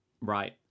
Right